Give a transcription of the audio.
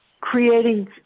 creating